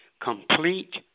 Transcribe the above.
complete